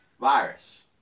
virus